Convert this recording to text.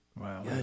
Wow